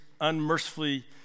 unmercifully